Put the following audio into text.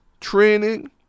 training